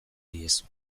diezu